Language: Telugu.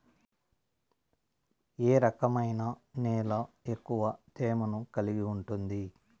ఏ రకమైన నేల ఎక్కువ తేమను కలిగి ఉంటుంది?